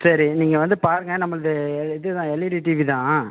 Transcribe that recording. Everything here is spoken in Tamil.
சரி நீங்கள் வந்து பாருங்கள் நம்மளுது இது தான் எல்ஈடி டிவி தான்